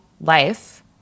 life